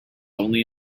only